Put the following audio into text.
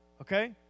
Okay